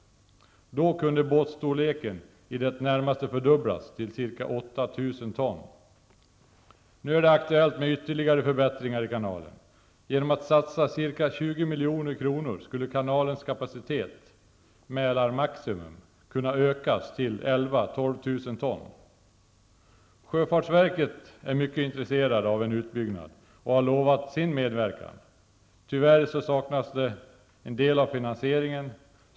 Då kunde båtstorleken i det närmaste fördubblas till ca Nu är det aktuellt med ytterligare förbättringar i kanalen. Genom att satsa ca 20 milj.kr. skulle kanalens kapacitet -- Mälarmaximum -- kunna ökas till 11 000--12 000 ton. Sjöfartsverket är mycket intresserat av en utbyggnad och har lovat sin medverkan. Tyvärr saknas en del av finansieringen.